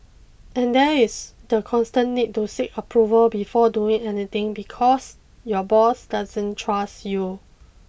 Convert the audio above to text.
and there is the constant need to seek approval before doing anything because your boss doesn't trust you